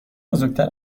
بزرگتر